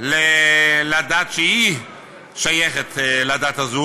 של הדת שהיא שייכת אליה.